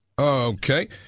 Okay